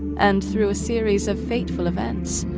and through a series of fateful events,